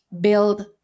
build